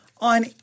on